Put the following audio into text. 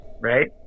right